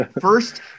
First